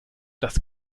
das